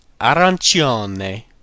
arancione